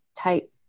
type